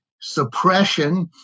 Suppression